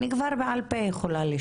אני יכולה בעל פה לשנן.